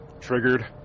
Triggered